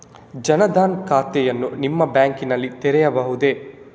ಜನ ದನ್ ಖಾತೆಯನ್ನು ನಿಮ್ಮ ಬ್ಯಾಂಕ್ ನಲ್ಲಿ ತೆರೆಯಬಹುದೇ?